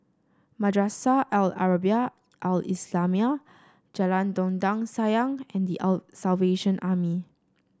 Madrasah Al Arabiah Al Islamiah Jalan Dondang Sayang and The Salvation Army